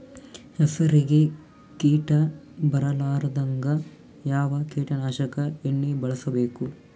ಹೆಸರಿಗಿ ಕೀಟ ಬರಲಾರದಂಗ ಯಾವ ಕೀಟನಾಶಕ ಎಣ್ಣಿಬಳಸಬೇಕು?